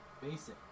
Basic